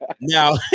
Now